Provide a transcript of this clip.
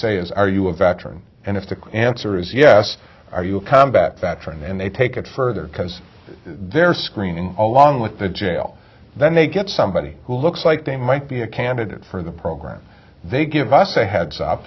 say is are you a veteran and if the answer is yes are you a combat veteran and they take it further because they're screening along with the jail then they get somebody who looks like they might be a candidate for the program they give us a heads up